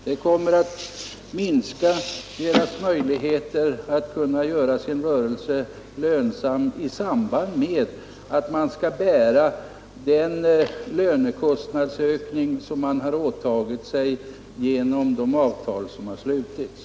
Det kommer att ytterligare minska deras möjligheter att göra sin rörelse lönsam; man skall ju också bära den lönekostnadsökning som man har åtagit sig genom de avtal som har slutits.